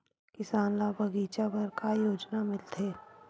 किसान ल बगीचा बर का योजना मिलथे?